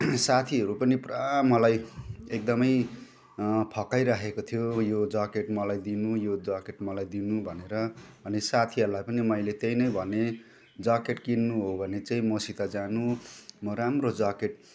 साथीहरू पनि पुरा मलाई एकदमै फकाइरहेको थियो यो ज्याकेट मलाई दिनु यो ज्याकेट मलाई दिनु भनेर अनि साथीहरूलाई पनि मैले त्यही नै भनेँ ज्याकेट किन्नु हो भने चाहिँ मसित जानु म राम्रो ज्याकेट